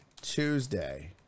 Tuesday